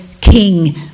King